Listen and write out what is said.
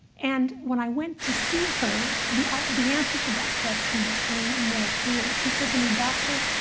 and when i went to see her, the um the answer to that question became more clear. she said to me, doctor,